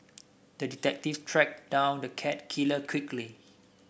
the detective tracked down the cat killer quickly